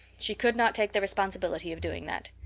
she could not take the responsibility of doing that!